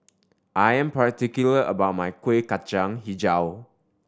I am particular about my Kuih Kacang Hijau